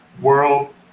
world